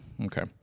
okay